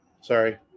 Sorry